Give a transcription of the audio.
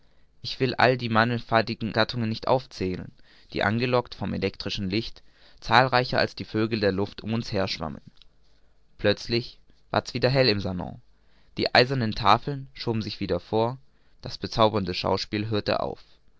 ich will alle die mannigfaltigen gattungen nicht aufzählen die angelockt wohl vom elektrischen licht zahlreicher als die vögel der luft um uns her schwammen plötzlich ward's wieder hell im salon die eisernen tafeln schoben sich wieder vor das bezaubernde schauspiel hörte auf